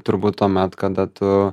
turbūt tuomet kada tu